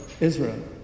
Israel